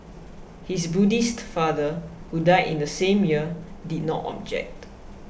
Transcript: his Buddhist father who died in the same year did not object